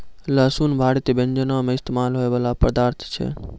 लहसुन भारतीय व्यंजनो मे इस्तेमाल होय बाला पदार्थ छै